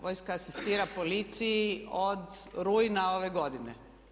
Vojska asistira policiji od rujan ove godine.